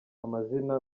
amazina